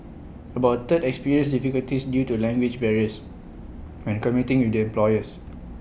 about third experienced difficulties due to language barriers when communicating with their employers